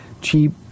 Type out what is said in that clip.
cheap